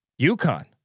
UConn